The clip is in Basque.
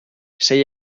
sei